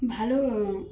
ভালো